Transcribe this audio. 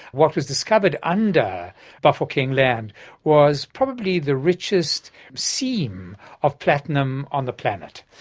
what was discovered under bafokeng land was probably the richest seam of platinum on the planet,